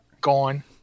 gone